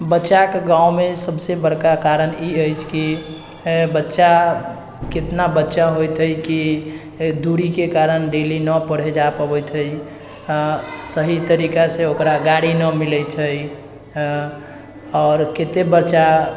बच्चाके गाँवमे सबसँ बड़का कारण ई अछि कि बच्चा कतना बच्चा होइत अछि कि दूरीके कारण डेली नहि पढ़ै जा पाबैत हइ सही तरीकासँ ओकरा गाड़ी नहि मिलै छै आओर कतेक बच्चा